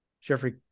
Jeffrey